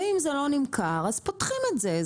ואם זה לא נמכר, אז פותחים את זה.